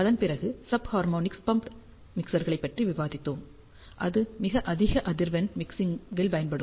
அதன்பிறகு sub harmonic pumped மிக்சர்களைப் பற்றி விவாதித்தோம் அது மிக அதிக அதிர்வெண் மிக்சிங்கில் பயன்படும்